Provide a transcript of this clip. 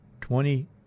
Twenty